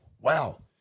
wow